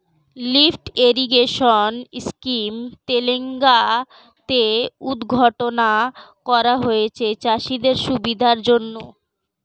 lift irrigation scheme Telangana তে উদ্ঘাটন করা হয়েছে চাষিদের সুবিধার জন্যে